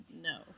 no